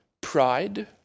pride